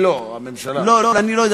לא מספיק,